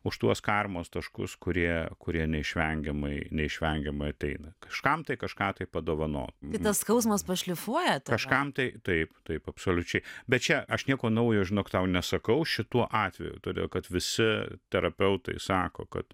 už tuos karmos taškus kurie kurie neišvengiamai neišvengiamai ateina kažkam tai kažką tai padovanot tai tas skausmas pašlifuoja kažkam tai taip taip absoliučiai bet čia aš nieko naujo žinok tau nesakau šituo atveju todėl kad visi terapeutai sako kad